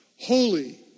Holy